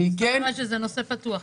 זאת אומרת שזה נושא פתוח.